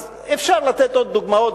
אז אפשר לתת עוד דוגמאות,